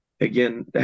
again